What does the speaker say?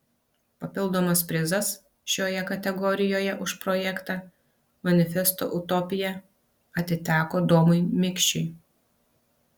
papildomas prizas šioje kategorijoje už projektą manifesto utopija atiteko domui mikšiui